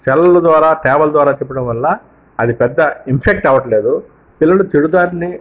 సెల్లులు ద్వారా ట్యాబుల ద్వారా చెప్పడం వల్ల అది పెద్ద ఇంఫెక్ట్ అవ్వడంలేదు పిల్లలు చెడు దారిని